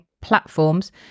platforms